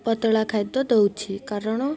ପତଳା ଖାଦ୍ୟ ଦଉଛି କାରଣ